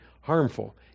harmful